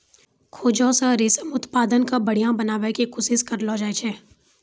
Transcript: खोजो से रेशम उत्पादन के बढ़िया बनाबै के कोशिश करलो जाय छै